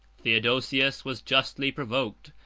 theodosius was justly provoked,